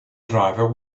driver